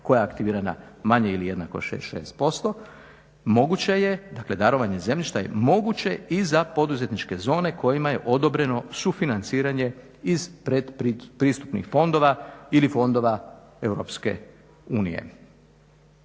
koja je aktivirana manje ili jednako 66% moguće je, dakle darovanje zemljišta je moguće i za poduzetničke zone kojima je odobreno sufinanciranje iz pretpristupnih fondova ili fondova Europske unije.